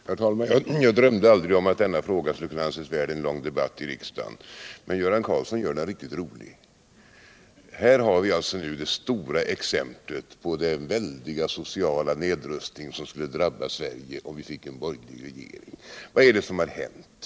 Herr talman! Jag drömde aldrig om att denna fråga skulle kunna anses värd en lång debatt i riksdagen. Men Göran Karlsson gör den riktigt rolig. Här har vi nu det stora exemplet på den väldiga sociala nedrustning som skulle drabba Sverige om vi fick en borgerlig regering! Vad är det som har hänt?